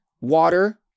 water